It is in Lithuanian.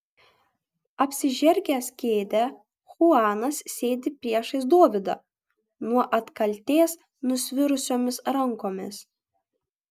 apsižergęs kėdę chuanas sėdi priešais dovydą nuo atkaltės nusvirusiomis rankomis